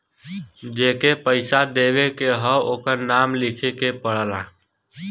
जेके पइसा देवे के हौ ओकर नाम लिखे के पड़ला